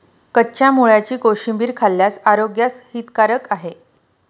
कच्च्या मुळ्याची कोशिंबीर खाल्ल्यास आरोग्यास हितकारक आहे